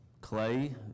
clay